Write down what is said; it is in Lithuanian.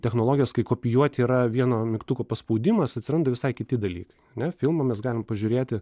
technologijos kai kopijuoti yra vieno mygtuko paspaudimas atsiranda visai kiti dalykai ne filmą mes galim pažiūrėti